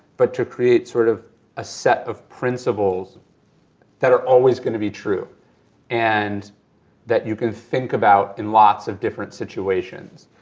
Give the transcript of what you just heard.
but to create sort of a set of principles that are always gonna be true and that you can think about in lots of different situations.